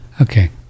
okay